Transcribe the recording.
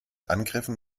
angriffen